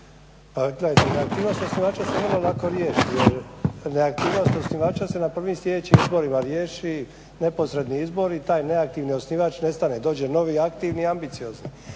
neaktivnost osnivača se vrlo lako riješi jer neaktivnost osnivača se na prvim sljedećim izborima riješi. Neposredni izbori i taj neaktivni osnivač nestane, dođe novi aktivni i ambiciozni.